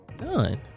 None